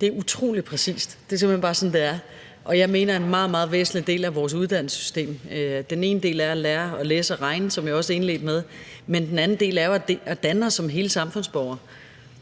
Det er utrolig præcist. Det er simpelt hen bare sådan, det er, og jeg mener, at det er en meget, meget væsentlig del af vores uddannelsessystem, hvor den ene del er at lære at læse og regne, hvad jeg også indledte med, men den anden del er jo at danne os som hele samfundsborgere.